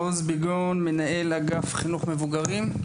מעוז ביגרון, מנהל אגף חינוך מבוגרים.